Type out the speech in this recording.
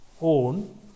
own